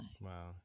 Wow